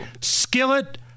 Skillet